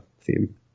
theme